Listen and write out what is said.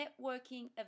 networking